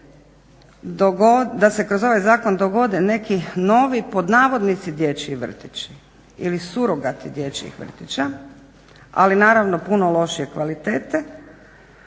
da se kroz ovaj zakon dogode neki novi pod navodnike dječji vrtići ili surogati dječjih vrtića, ali naravno puno lošije kvalitete